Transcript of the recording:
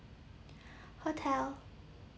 hotel